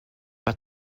pas